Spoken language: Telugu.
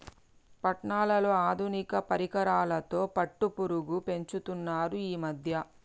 పట్నాలలో ఆధునిక పరికరాలతో పట్టుపురుగు పెంచుతున్నారు ఈ మధ్య